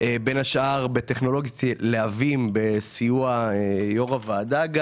בין השאר בטכנולוגיית "להבים" בסיוע יושב-ראש הוועדה.